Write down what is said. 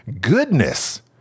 goodness